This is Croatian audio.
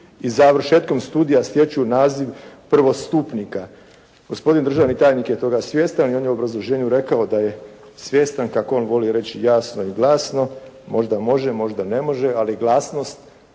i završetkom studija stječu naziv prvostupnika. Gospodin državni tajnik je toga svjestan i on je u obrazloženju rekao da je svjestan kako on voli reći jasno i glasno, možda može, možda ne može ali glasnost